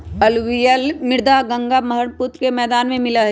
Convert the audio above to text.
alluvial मृदा गंगा बर्ह्म्पुत्र के मैदान में मिला हई